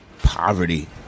poverty